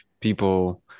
people